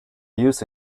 use